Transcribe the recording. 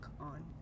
on